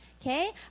okay